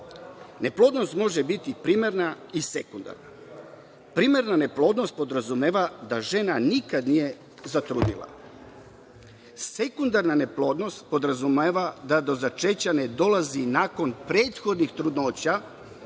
leči. Neplodnost može biti primarna i sekundarna. Primarna neplodnost podrazumeva da žena nikad nije zatrudnela. Sekundarna neplodnost podrazumeva da do začeća ne dolazi nakon prethodnih trudnoća,